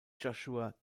joshua